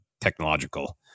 technological